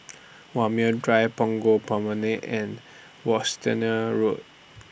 Walmer Drive Punggol Promenade and Road